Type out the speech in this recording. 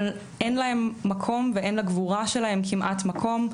אבל אין להם מקום ואין לגבורה שלהם כמעט מקום,